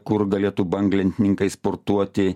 kur galėtų banglentininkai sportuoti